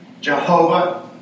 Jehovah